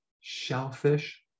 shellfish